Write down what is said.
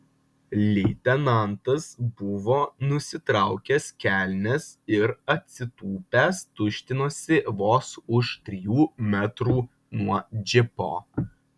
leitenantas buvo nusitraukęs kelnes ir atsitūpęs tuštinosi vos už trijų metrų nuo džipo